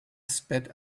sped